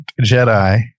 Jedi